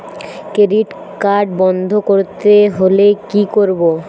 Credit card বন্ধ করতে হলে কি করব?